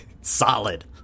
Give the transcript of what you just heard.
solid